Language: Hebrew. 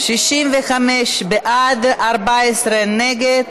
65 בעד, 14 נגד,